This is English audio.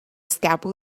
scalpel